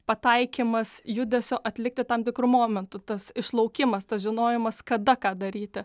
pataikymas judesio atlikti tam tikru momentu tas išlaukimas tas žinojimas kada ką daryti